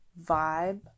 vibe